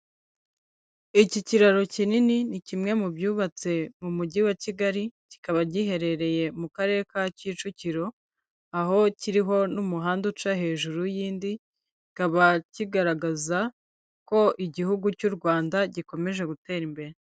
Iki kiraro kinini ni kimwe mu byubatse mu mujyi wa Kigali kikaba giherereye mu karere ka Kicukiro, aho kiriho n'umuhanda uca hejuru y'indi, bikaba kigaragaza ko igihugu cy'u Rwanda gikomeje gutera imbere.